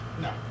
No